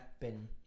bin